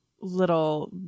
little